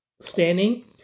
standing